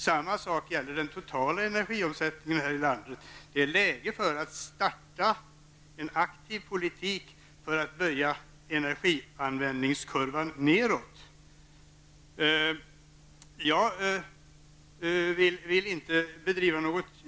Samma sak gäller den totala energiomsättningen här i landet -- det är läge för att starta en aktiv politik för att böja energianvändningskurvan nedåt.